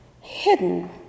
hidden